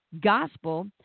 gospel